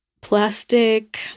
plastic